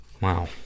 Wow